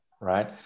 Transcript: right